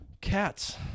Cats